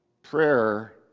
Prayer